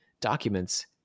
documents